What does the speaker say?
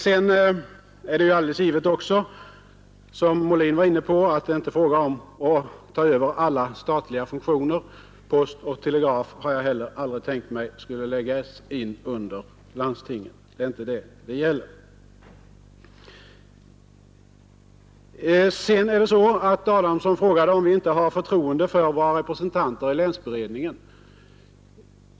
Sedan är det alldeles givet, som också herr Molin var inne på, att här inte är fråga om att landstinget skall överta alla statliga funktioner. Jag har heller aldrig tänkt mig att post och telegraf skulle läggas under landstingen. Det är inte det frågan gäller. Vidare frågade herr Adamsson om vi inte har förtroende för våra representanter i länsberedningen.